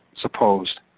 supposed